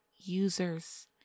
users